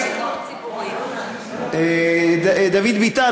דוד ביטן,